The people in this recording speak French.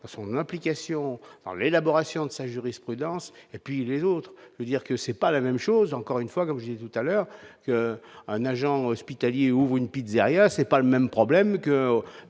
et son application dans l'élaboration de sa jurisprudence et puis les autres, et dire que c'est pas la même chose, encore une fois que j'ai tout à l'heure un agent hospitalier ouvre une pizzeria, c'est pas le même problème que